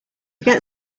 get